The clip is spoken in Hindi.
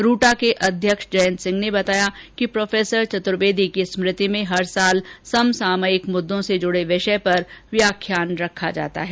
रूटा के अध्यक्ष जयंत सिंह ने बताया कि प्रो चतुर्वेदी की स्मृति में हर साल समसामायिक मुद्दों से जुड़े विषय पर व्याख्यान कराया जाता है